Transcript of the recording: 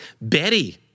Betty